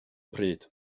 pryd